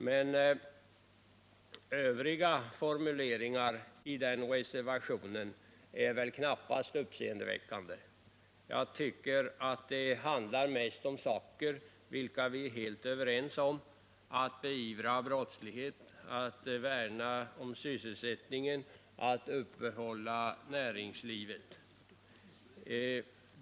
Men övriga formuleringar i reservationen är knappast uppseendeväckande; jag tycker att reservationen mest handlar om saker vilka vi är helt överens om, såsom att beivra brottslighet, värna om sysselsättningen och upprätthålla näringslivet.